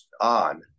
on